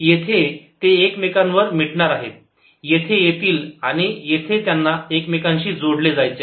येथे ते एकमेकांवर मिटणार आहेत येथे येतील आणि येथे त्यांना एकमेकांशी जोडले जायचे आहे